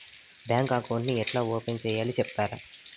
Bank account ఏ ఎట్లా open సేయాలి సెప్తారా?